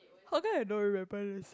how come I don't remember anything